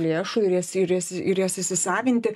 lėšų ir jas ir jas ir jas įsisavinti